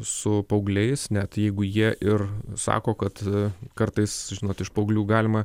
su paaugliais net jeigu jie ir sako kad kartais žinot iš paauglių galima